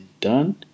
done